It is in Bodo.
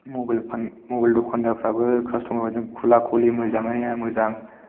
मबाइल मबाइल दखानदारफ्राबो कास्टमारजों खुला खुलियै मोजाङै मोजां